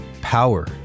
power